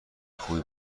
خوبی